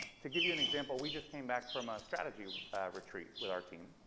to give you an example we just came back from a strategy retreat with our team